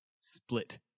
split